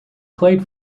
played